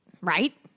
Right